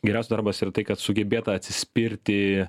geriausias darbas yra tai kad sugebėta atsispirti